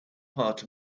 part